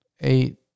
eight